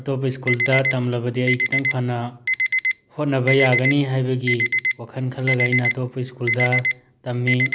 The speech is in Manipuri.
ꯑꯇꯣꯞꯄ ꯁ꯭ꯀꯨꯜꯗ ꯇꯝꯂꯕꯗꯤ ꯑꯩ ꯈꯤꯇꯪ ꯐꯅ ꯍꯣꯠꯅꯕ ꯌꯥꯒꯅꯤ ꯍꯥꯏꯕꯒꯤ ꯋꯥꯈꯜ ꯈꯜꯂꯒ ꯑꯩꯅ ꯑꯇꯣꯞꯄ ꯁ꯭ꯀꯨꯜꯗ ꯇꯝꯃꯤ